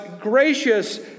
gracious